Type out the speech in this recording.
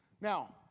now